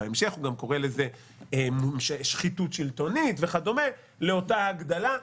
בהמשך הוא קורא לזה גם שחיתות שלטונית וכדומה לאותה הגדלה.